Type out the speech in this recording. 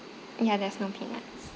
ya there's no peanuts